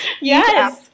Yes